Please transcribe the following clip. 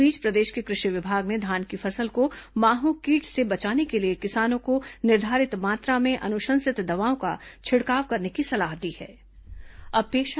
इस बीच प्रदेश के कृषि विभाग ने धान की फसल को माहों कीट से बचाने के लिए किसानों को निर्धारित मात्रा में अनुशंसित दवाओं का छिड़काव करने की सलाह दी है